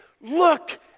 Look